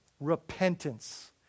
Repentance